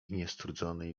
niestrudzonej